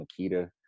Makita